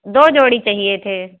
दो जोड़ी चाहिए थे